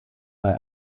bei